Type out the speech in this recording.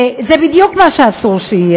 ששש.